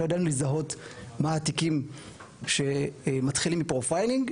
אנחנו ידענו לזהות מה התיקים שמתחילים פרופיילינג,